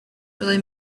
really